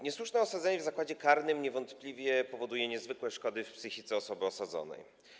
Niesłuszne osadzenie w zakładzie karnym niewątpliwie powoduje niezwykłe szkody w psychice osoby osadzonej.